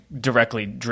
directly